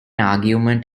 argument